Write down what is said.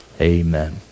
amen